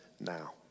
now